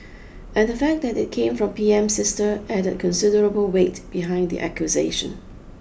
and the fact that it came from P M's sister added considerable weight behind the accusation